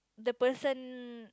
the person